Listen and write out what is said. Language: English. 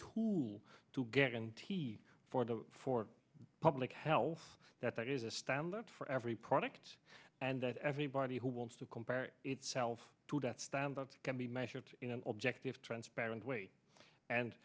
tool to get an ts for the for public health that there is a standard for every product and that everybody who wants to compare itself to that standard can be measured in an objective transparent way and